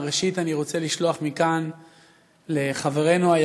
אני רוצה להודות לחברת הכנסת גרמן,